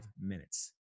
minutes